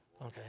Okay